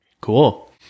Cool